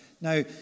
Now